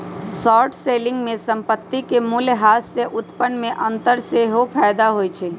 short selling में संपत्ति के मूल्यह्रास से उत्पन्न में अंतर सेहेय फयदा होइ छइ